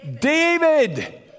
David